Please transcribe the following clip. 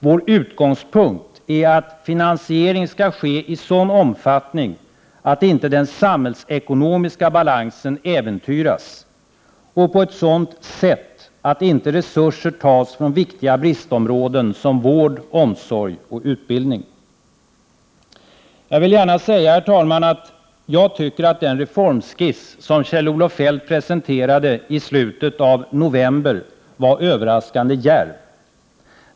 Vår utgångspunkt är att finansiering skall ske i en sådan omfattning att inte den samhällsekonomiska balansen äventyras och på ett sådant sätt att inte resurser tas från viktiga bristområden som vård, omsorg och utbildning. Herr talman! Jag vill gärna säga att jag tycker att den reformskiss som Kjell-Olof Feldt presenterade i slutet av november var överraskande djärv.